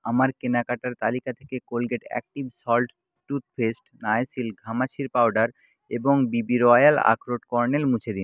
আমার কেনাকাটার তালিকা থেকে Colgate active salt toothpaste Nycil ঘামাচির পাউডার এবং বিবি রয়্যাল আখরোট কর্নেল মুছে দিন